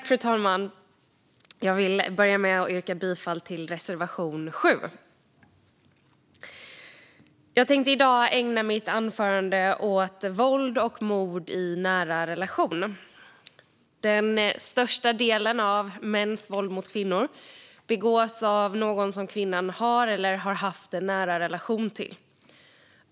Fru talman! Jag vill börja med att yrka bifall till reservation 7. Jag tänkte i dag ägna mitt anförande åt våld och mord i nära relationer. Den största delen av mäns våld mot kvinnor begås av någon som kvinnan har eller har haft en nära relation till.